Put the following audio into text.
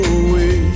away